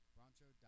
Broncho